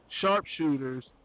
Sharpshooters